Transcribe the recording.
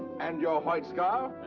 and your white scarf? ah,